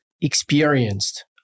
experienced